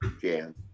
Jan